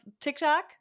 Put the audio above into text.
TikTok